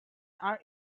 are